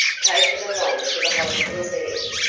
take it along for the hospital beds.